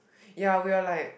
ya we were like